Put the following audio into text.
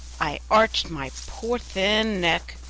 i arched my poor thin neck,